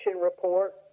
Report